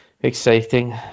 exciting